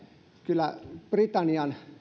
kyllä britannian